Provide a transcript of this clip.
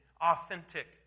authentic